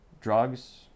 drugs